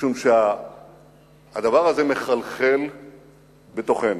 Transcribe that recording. משום שהדבר הזה מחלחל בתוכנו.